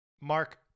Mark